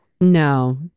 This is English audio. No